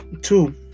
Two